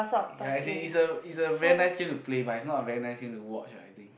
ya as in it's a it's a very nice game to play but it's not a very nice game to watch ah I think